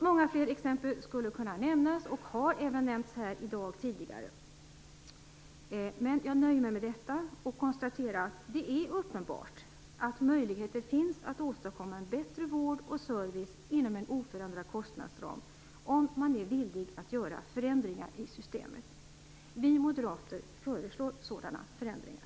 Många fler exempel skulle kunna nämnas och har även nämnts här tidigare i dag, men jag nöjer mig med detta och konstaterar att det är uppenbart att möjligheter finns att åstadkomma en bättre vård och service inom en oförändrad kostnadsram om man är villig att göra förändringar i systemet. Vi moderater föreslår sådana förändringar.